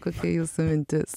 kokia jūsų mintis